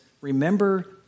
remember